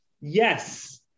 yes